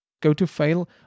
go-to-fail